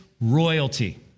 royalty